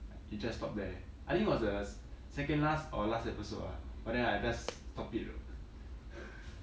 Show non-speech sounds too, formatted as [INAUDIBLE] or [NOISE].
it just stopped there I think it was the se~ second last or last episode lah but then I just stop it [LAUGHS]